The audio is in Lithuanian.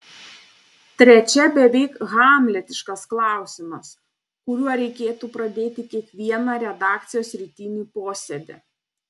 trečia beveik hamletiškas klausimas kuriuo reikėtų pradėti kiekvieną redakcijos rytinį posėdį